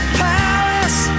palace